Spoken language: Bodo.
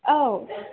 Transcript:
औ